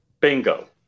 Bingo